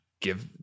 give